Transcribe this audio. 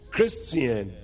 Christian